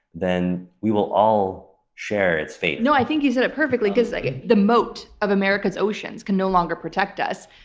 then we will all share its fate. no, i think you said it perfectly because like ah the moat of america's oceans can no longer protect us.